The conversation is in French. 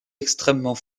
extrêmement